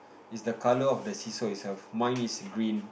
is the color of the see saw itself mine is green